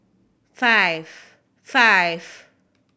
five five